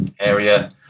area